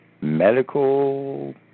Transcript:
medical